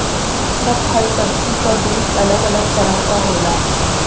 सब फल सब्जी क बीज अलग अलग तरह क होला